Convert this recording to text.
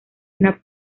una